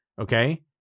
Okay